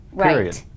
period